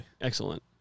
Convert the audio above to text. Excellent